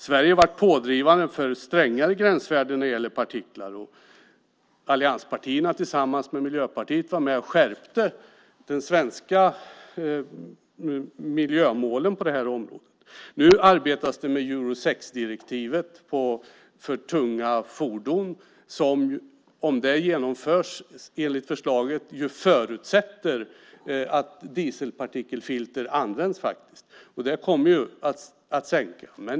Sverige har varit pådrivande för strängare gränsvärden när det gäller partiklar. Allianspartierna tillsammans med Miljöpartiet var med och skärpte de svenska miljömålen på det här området. Nu arbetas det med Euro 6-direktivet för tunga fordon. Om det genomförs enligt förslaget förutsätter det att dieselpartikelfilter används. Det kommer att sänka värdena.